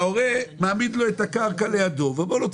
ההורה מעמיד לו את הקרקע לידו ואומר לו,